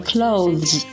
Clothes